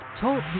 TALK